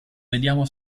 vediamo